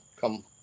come